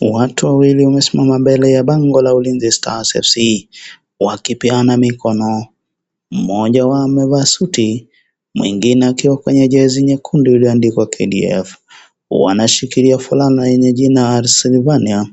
Watu wawili wamesimama mbele ya bango ya Ulinzi Stars FC wakipeana mikono, mmoja wao amevaa suti mwingine akiwa kwenye jezi nyekundu iliyoandikwa KDF. Wanashikilia fulana lenye jina Sylvaine